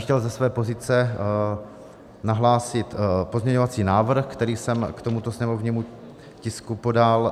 Chtěl bych ze své pozice nahlásit pozměňovací návrh, který jsem k tomuto sněmovnímu tisku podal.